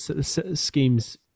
schemes